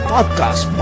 Podcast